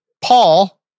Paul